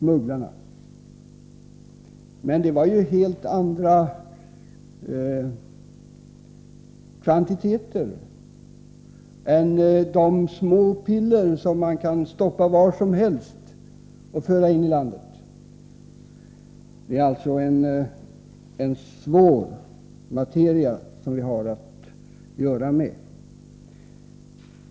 Men då gällde det helt andra volymer än de små piller som man kan stoppa var som helst och föra in i landet. Det är alltså en svår materia som vi har att göra med.